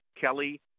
Kelly